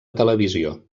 televisió